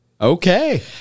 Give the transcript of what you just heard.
okay